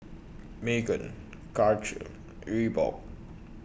Megan Karcher Reebok